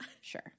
sure